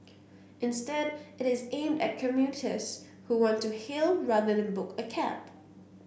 instead it is aimed at commuters who want to hail rather than book a cab